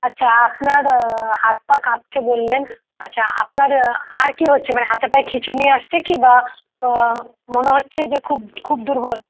আচ্ছা আপনার হাত পা কাঁপছে বললেন আচ্ছা আপনার আর কী হচ্ছে মানে হাতে পায়ে খিঁচুনি আসছে কি বা মনে হচ্ছে যে খুব খুব দুর্বল